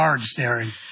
Staring